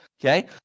Okay